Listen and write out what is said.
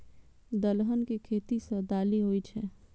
दलहन के खेती सं दालि होइ छै